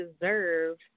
deserve